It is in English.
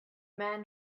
man